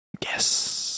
yes